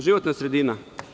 Životna sredina.